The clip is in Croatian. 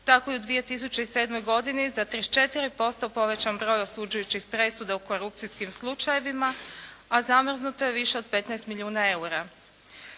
Tako je u 2007. godini za 34% povećan broj osuđujućih presuda u korupcijskim slučajevima a zamrznuto je više od 15 milijuna EUR-a.